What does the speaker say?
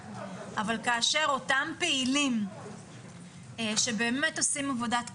אבל כאשר אותם פעילים שבאמת עושים עבודת קודש,